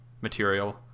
material